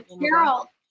Carol